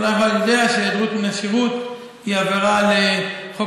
כל אחד יודע שהיעדרות מן השירות היא עבירה על חוק